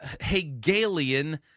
Hegelian